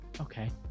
Okay